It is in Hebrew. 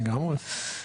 לגמרי.